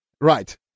Right